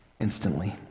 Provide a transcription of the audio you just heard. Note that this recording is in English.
instantly